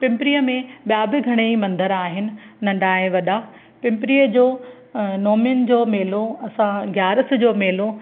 पिंपरीअ में ॿिया बि घणेई मंदर आहिनि नंढा ऐं वॾा पिंपरीअ जो नोमिन जो मेलो असां ग्यार्सि जो मेलो